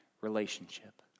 relationship